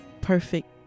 perfect